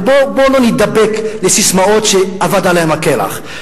ובואו לא נידבק לססמאות שאבד עליהן הכלח.